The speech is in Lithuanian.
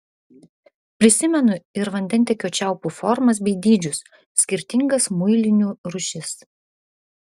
prisimenu ir vandentiekio čiaupų formas bei dydžius skirtingas muilinių rūšis